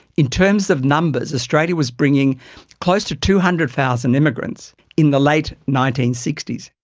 in terms of numbers, australia was bringing close to two hundred thousand immigrants in the late nineteen sixty s.